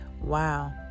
Wow